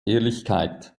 ehrlichkeit